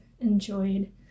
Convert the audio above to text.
enjoyed